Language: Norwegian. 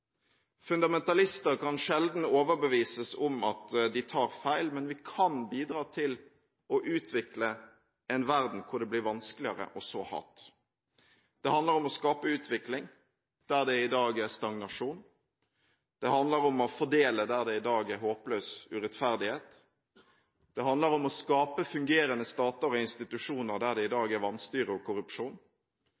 Fundamentalister kan sjelden overbevises om at de tar feil, men vi kan bidra til å utvikle en verden hvor det blir vanskeligere å så hat. Det handler om å skape utvikling der det i dag er stagnasjon. Det handler om å fordele der det i dag er håpløs urettferdighet. Det handler om å skape fungerende stater og institusjoner der det i dag